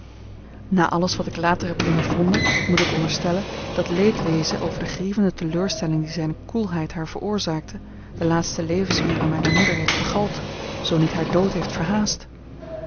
na alles wat ik later heb ondervonden moet ik onderstellen dat leedwezen over de grievende teleurstelling die zijne koelheid haar veroorzaakte de laatste levensuren mijner moeder heeft vergald zoo niet haar dood heeft verhaast